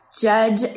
Judge